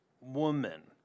woman